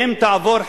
אם תעבור,